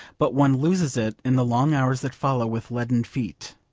but one loses it in the long hours that follow with leaden feet.